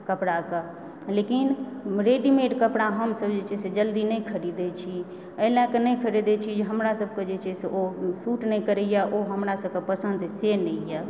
कपड़ाके लेकिन रेडीमेड कपड़ा हमसब जे छै से जल्दी नहि खरीदए छी एहि लए कऽ नहि खरीदए छी जे हमरा सबकेँ जे छै सेओ शूट नहि करैए ओ हमरा सबकेँ पसंद से नहि यऽ